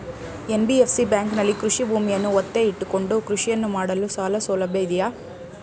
NBFC ಬ್ಯಾಂಕಿನಲ್ಲಿ ಕೃಷಿ ಭೂಮಿಯನ್ನು ಒತ್ತೆ ಇಟ್ಟುಕೊಂಡು ಕೃಷಿಯನ್ನು ಮಾಡಲು ಸಾಲಸೌಲಭ್ಯ ಇದೆಯಾ?